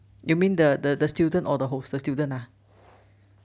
you mean the the the student or the hosts the student ah